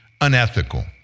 unethical